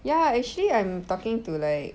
ya actually I'm talking to like